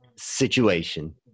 situation